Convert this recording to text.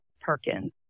Perkins